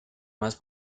más